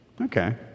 Okay